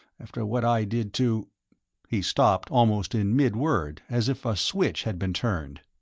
after what i did to he stopped, almost in mid-word, as if a switch had been turned.